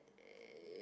uh